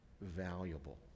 valuable